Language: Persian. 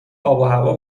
آبوهوا